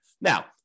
Now